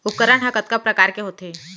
उपकरण हा कतका प्रकार के होथे?